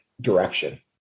direction